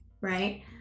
right